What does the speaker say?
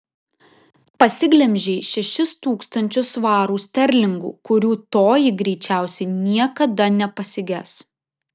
pasiglemžei šešis tūkstančius svarų sterlingų kurių toji greičiausiai niekada nepasiges